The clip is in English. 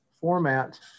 format